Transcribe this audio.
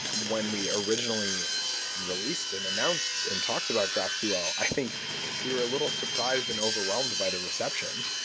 when we originally released and announced and talked about graphql, i think we were a little surprised and overwhelmed by the reception.